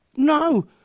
No